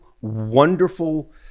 wonderful